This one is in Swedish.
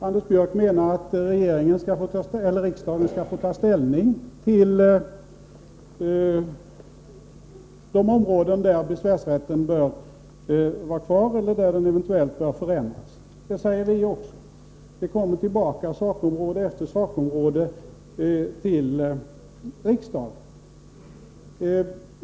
Anders Björck menar att riksdagen skall få ta ställning till på vilka områden besvärsrätten bör vara kvar eller eventuellt förändras. Det säger vi också. Här kommer sakområde efter sakområde tillbaka till riksdagen.